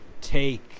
take